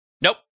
Nope